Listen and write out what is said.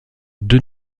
deux